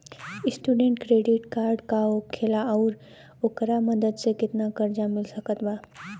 Student credit card का होखेला और ओकरा मदद से केतना कर्जा मिल सकत बा?